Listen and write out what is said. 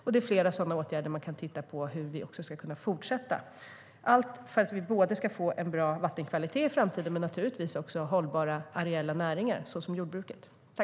Det finns flera sådana åtgärder man kan titta på när det gäller hur vi ska kunna fortsätta - allt för att vi ska få både en bra vattenkvalitet i framtiden och hållbara areella näringar, såsom jordbruket.